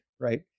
right